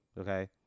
Okay